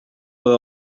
were